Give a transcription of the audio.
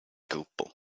gruppo